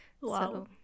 Wow